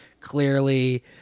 clearly